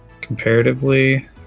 comparatively